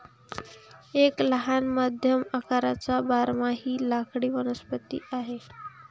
एक लहान मध्यम आकाराचा बारमाही लाकडी वनस्पती आहे